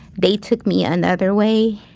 they took me another way,